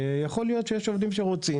שיכול להיות שיש שם עובדים שרוצים